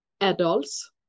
adults